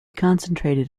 concentrated